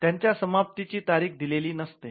त्यांच्या समाप्तीची तारीख दिलेली नसते